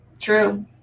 true